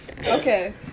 okay